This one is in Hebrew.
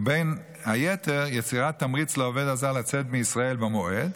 ובין היתר יצירת תמריץ לעובד הזר לצאת מישראל במועד,